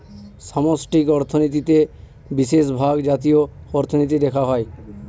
সামষ্টিক অর্থনীতিতে বিশেষভাগ জাতীয় অর্থনীতি দেখা হয়